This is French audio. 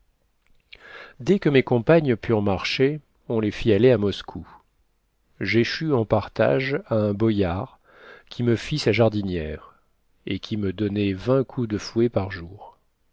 dès que mes compagnes purent marcher on les fit aller à moscou j'échus en partage à un boïard qui me fit sa jardinière et qui me donnait vingt coups de fouet par jour